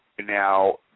Now